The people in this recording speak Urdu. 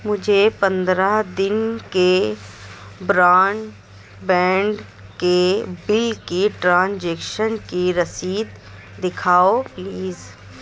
مجھے پندرہ دن کے برانبینڈ کے بل کے ٹرانجیکشن کی رسید دکھاؤ پلیز